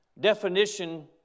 definition